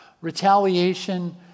Retaliation